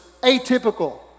atypical